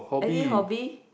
any hobby